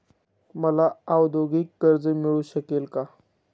मला औद्योगिक कर्ज मिळू शकेल का?